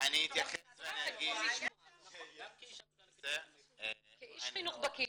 --- אני אתייחס --- כאיש חינוך מוכר בקהילה,